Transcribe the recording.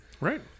right